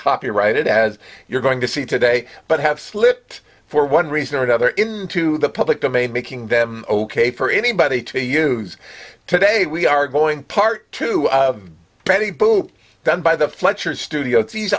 copyrighted as you're going to see today but have slipped for one reason or another into the public domain making them ok for anybody to use today we are going part two of betty boop done by the fletcher studio t